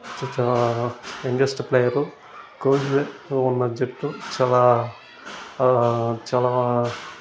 youngest player Kohli ఉన్నా జట్టు చాలా చాలా